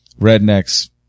rednecks